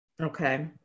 Okay